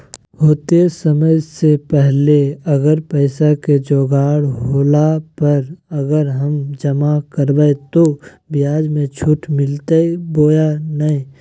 होतय समय से पहले अगर पैसा के जोगाड़ होला पर, अगर हम जमा करबय तो, ब्याज मे छुट मिलते बोया नय?